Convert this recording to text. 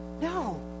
No